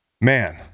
man